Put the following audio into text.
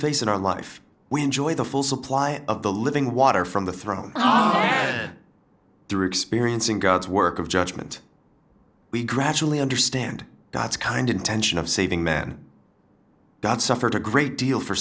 face in our life we enjoy the full supply of the living water from the throne through experiencing god's work of judgment we gradually understand god's kind intention of saving men god suffered a great deal for